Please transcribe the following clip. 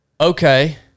okay